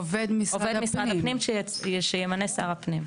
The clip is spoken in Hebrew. עובד משרד הפנים, שימנה שר הפנים.